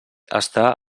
està